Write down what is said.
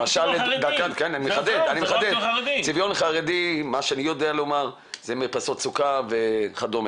מה שאני יודע לומר זה מרפסות סוכה וכדומה.